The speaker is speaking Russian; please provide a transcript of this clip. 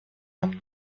нам